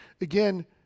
again